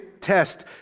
test